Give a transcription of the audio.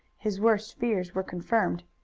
his worst fears were confirmed.